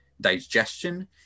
digestion